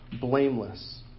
blameless